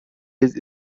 his